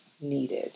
needed